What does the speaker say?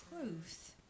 truth